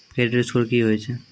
Credit score की होय छै?